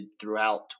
throughout